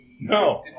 No